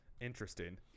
Interesting